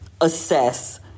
assess